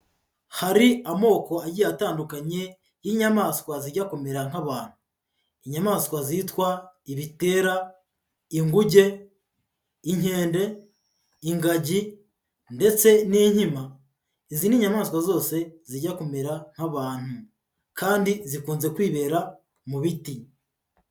Hari amoko agiye atandukanye y'inyamaswa zijya kumera nk'abantu, inyamaswa zitwa ibitera, inguge, inkende, ingagi ndetse n'inkima, izi ni inyamaswa zose zijya kumera nk'abantu kandi zikunze kwibera mu biti.